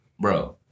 bro